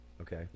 Okay